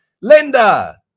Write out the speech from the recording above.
linda